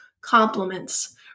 compliments